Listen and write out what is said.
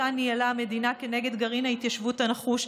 שאותה ניהלה המדינה כנגד גרעין ההתיישבות הנחוש,